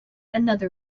another